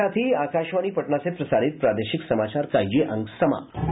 इसके साथ ही आकाशवाणी पटना से प्रसारित प्रादेशिक समाचार का ये अंक समाप्त हुआ